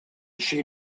she